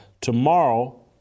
tomorrow